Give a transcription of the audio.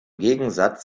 gegensatz